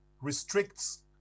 restricts